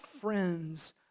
friends